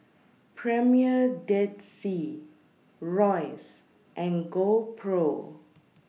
Premier Dead Sea Royce and GoPro